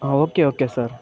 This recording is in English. okay okay sir